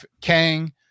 kang